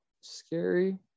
scary